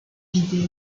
vidéo